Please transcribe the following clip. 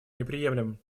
неприемлем